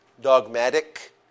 Dogmatic